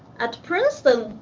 at princeton,